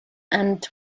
and